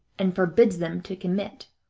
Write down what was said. and forbids them to commit,